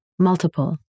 Multiple